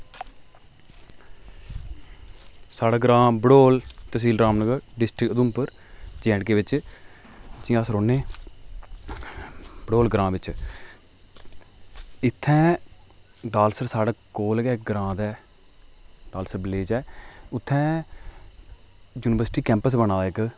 साढ़ा ग्रांऽ Badol tehsil Ramnagar district Udhampur J and K बिच जियां अस रौह्ने बडोल ग्रांऽ बिच इत्थैं डालसर साढ़े कोल गै इक ग्रांऽ गै डालसर विलेज ऐ उत्थैं यूनिवर्सिटी कैंपस बना दा इक